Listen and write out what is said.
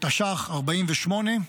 בתש"ח, 1948,